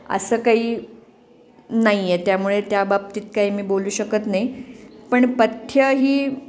असं काही नाही आहे त्यामुळे त्या बाबतीत काही मी बोलू शकत नाही पण पथ्यं ही